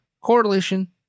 correlation